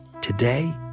today